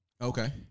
Okay